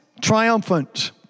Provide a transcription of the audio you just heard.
Triumphant